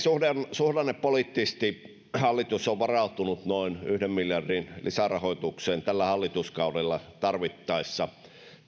suhdannepoliittisesti hallitus on varautunut noin yhden miljardin lisärahoitukseen tällä hallituskaudella tarvittaessa